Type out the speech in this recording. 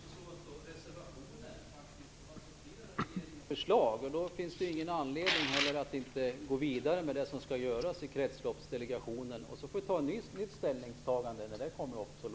Herr talman! Om man i reservationen accepterar regeringens förslag finns det väl ingen anledning att inte gå vidare med det som skall göras i Kretsloppsdelegationen. Sedan får vi göra ett nytt ställningstagande när det här kommer upp.